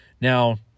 Now